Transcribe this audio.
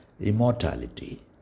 immortality